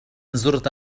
زرت